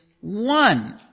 one